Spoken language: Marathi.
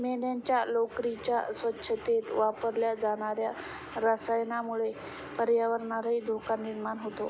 मेंढ्यांच्या लोकरीच्या स्वच्छतेत वापरल्या जाणार्या रसायनामुळे पर्यावरणालाही धोका निर्माण होतो